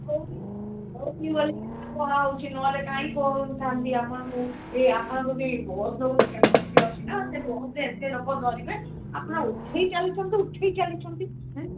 ହଉ ହଉ ବୋଲି କୁହାହେଉଛି ନହେଲେ କହୁଥାନ୍ତି ଆପଣଙ୍କୁ ଏଇ ଆପଣଙ୍କ ଯଦି ବସ୍ର କ୍ୟାପସିଟି ଅଛି ନା ସେ ବସ୍ରେ ଏତେ ଲୋକ ଧରିବେ ଆପଣ ଉଠେଇ ଚାଲିୁଛନ୍ତି ଉଠେଇ ଚାଲିଛନ୍ତି